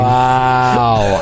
wow